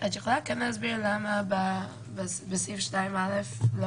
את יכולה כן להסביר למה בסעיף 2(א) לא